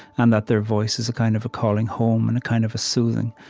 and that their voice is a kind of calling home and kind of a soothing.